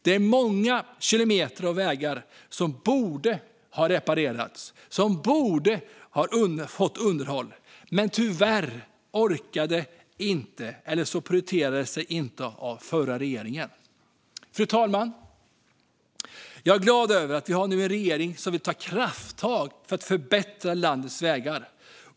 Det är många kilometer av vägar som borde ha reparerats och fått underhåll. Tyvärr orkade inte den förra regeringen göra det, eller så prioriterade man det inte. Fru talman! Jag är glad över att vi nu har en regering som vill ta krafttag för att förbättra landets vägar.